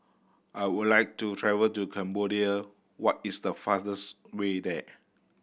I would like to travel to Cambodia what is the fastest way there